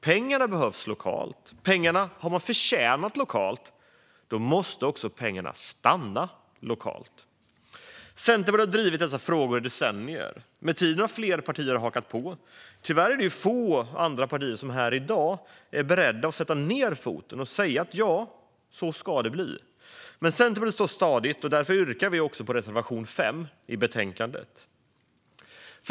Pengarna behövs lokalt och pengarna har man förtjänat lokalt. Då måste också pengarna stanna lokalt. Centerpartiet har drivit dessa frågor i decennier. Med tiden har fler partier hakat på. Tyvärr är det få andra partier som här i dag är beredda att sätta ned foten och säga att så ska det bli. Men Centerpartiet står stadigt, och därför yrkar vi bifall till reservation 5 i betänkandet.